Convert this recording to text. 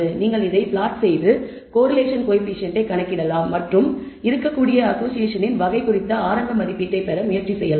நீங்கள் இதை பிளாட் செய்து கோரிலேஷன் கோயபிசியன்ட்டை கணக்கிடலாம் மற்றும் இருக்கக்கூடிய அசோஷியேஷன் இன் வகை குறித்த ஆரம்ப மதிப்பீட்டைப் பெற முயற்சி செய்யலாம்